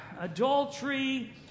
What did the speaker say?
adultery